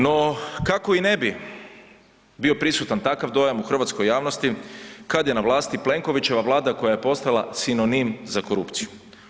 No, kako i ne bi bio prisutan takav dojam u hrvatskoj javnosti kada je na vlasti Plenkovićeva vlada koja je postala sinonim za korupciju.